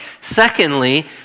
Secondly